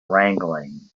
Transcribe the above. wrangling